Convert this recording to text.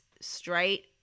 straight